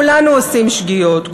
כולנו עושים שגיאות,